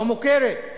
לא מוכרת,